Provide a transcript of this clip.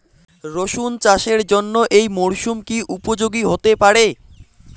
রসুন চাষের জন্য এই মরসুম কি উপযোগী হতে পারে?